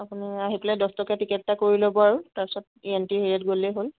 আপুনি আহি পেলাই দহটকীয়া টিকট এটা কৰি ল'ব আৰু তাৰপিছত ই এন টি হেৰিয়াত গ'লেই হ'ল